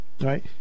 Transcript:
right